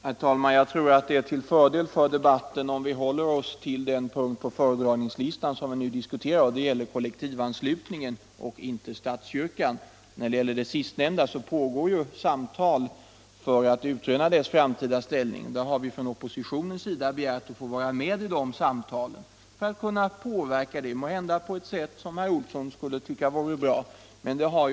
Herr talman! Jag tror att det är till fördel för debatten om vi håller oss till den punkt på föredragningslistan som vi skall diskutera. Nu gäller det kollektivanslutningen och inte statskyrkan. Jag vill bara säga att det pågår samtal för att utröna statskyrkans framtida ställning, och där har vi från oppositionens sida begärt att få vara med för att kunna påverka dem på ett sätt som herr Olsson i Stockholm måhända skulle tycka vara — Nr 149 bra.